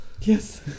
yes